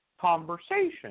conversation